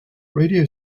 radio